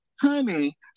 Honey